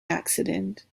accident